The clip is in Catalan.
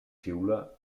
xiula